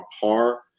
par